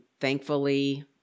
thankfully